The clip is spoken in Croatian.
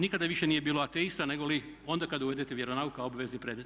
Nikada više nije bilo ateista negoli onda kad uvedete vjeronauk kao obvezni predmet.